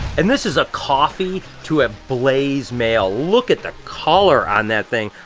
and this is a coffee to a blaze male. look at the color on that thing.